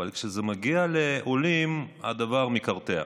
אבל כשזה מגיע לעולים, הדבר מקרטע.